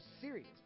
serious